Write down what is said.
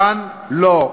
כאן, לא.